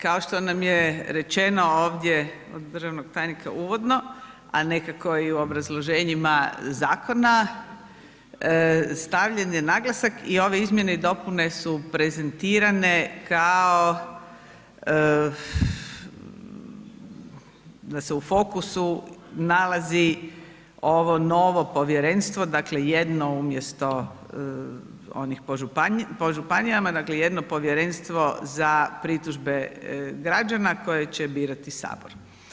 Kao što nam je rečeno ovdje od državnog tajnika uvodno a nekako i u obrazloženjima zakona stavljen je naglasak i ove izmjene i dopune su prezentirane kao da se u fokusu nalazi ovo novo povjerenstvo, dakle jedno umjesto onih po županijama, dakle jedno povjerenstvo za pritužbe građana koje će birati Sabor.